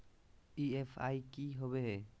EMI की होवे है?